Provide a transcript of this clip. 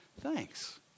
Thanks